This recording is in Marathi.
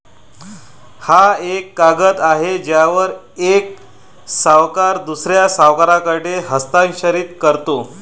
हा एक कागद आहे ज्यावर एक सावकार दुसऱ्या सावकाराकडे हस्तांतरित करतो